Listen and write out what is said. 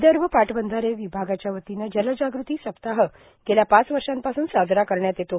विदर्भ पाटबंधारे विभागाच्या वतीन जलजागृती सप्ताह गेल्या पाच वर्षापासून साजरा करण्यात येतो